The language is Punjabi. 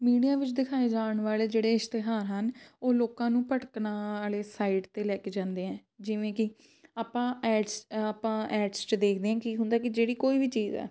ਮੀਡੀਆ ਵਿੱਚ ਦਿਖਾਏ ਜਾਣ ਵਾਲੇ ਜਿਹੜੇ ਇਸ਼ਤਿਹਾਰ ਹਨ ਉਹ ਲੋਕਾਂ ਨੂੰ ਭਟਕਣਾ ਵਾਲੇ ਸਾਈਡ 'ਤੇ ਲੈ ਕੇ ਜਾਂਦੇ ਆ ਜਿਵੇਂ ਕਿ ਆਪਾਂ ਐਡਸ ਆਪਾਂ ਐਡਸ 'ਚ ਦੇਖਦੇ ਹਾਂ ਕੀ ਹੁੰਦਾ ਕਿ ਜਿਹੜੀ ਕੋਈ ਵੀ ਚੀਜ਼ ਹੈ